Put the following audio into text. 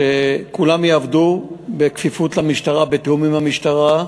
שכולם יעבדו בכפיפות למשטרה, בתיאום עם המשטרה.